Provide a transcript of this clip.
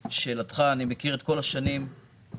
לשאלתך, אני מכיר את כל השנים שציינת.